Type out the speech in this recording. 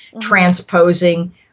transposing